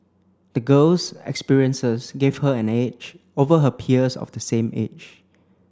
the girl's experiences gave her an edge over her peers of the same age